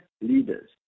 leaders